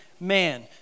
Man